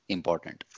important